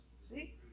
See